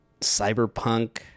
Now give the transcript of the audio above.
cyberpunk